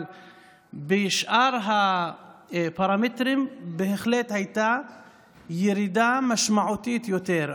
בשאר הפרמטרים בהחלט הייתה ירידה משמעותית יותר,